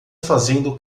fazendo